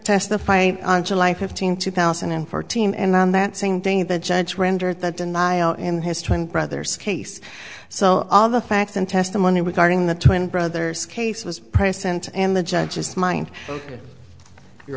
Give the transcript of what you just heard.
testify on july fifteenth two thousand and fourteen and on that same day the judge rendered the denial in his twin brother scase so all the facts and testimony regarding the twin brothers case was present in the judge's mind your